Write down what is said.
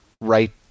right